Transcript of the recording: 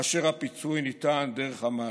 שבו הפיצוי ניתן דרך המעסיק.